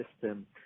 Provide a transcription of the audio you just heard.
system